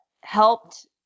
helped